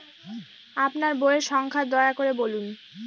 আপনার বইয়ের সংখ্যা দয়া করে বলুন?